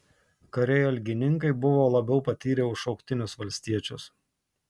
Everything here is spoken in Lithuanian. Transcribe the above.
kariai algininkai buvo labiau patyrę už šauktinius valstiečius